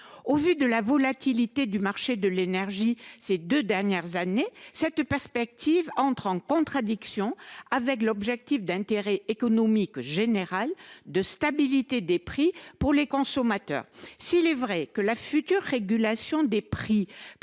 Au vu de la volatilité du marché de l’énergie durant les deux dernières années, cette perspective entre en contradiction avec l’objectif d’intérêt économique général de stabilité des prix pour les consommateurs. S’il est vrai que la future régulation des prix prévoit